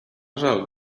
żal